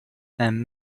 and